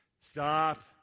Stop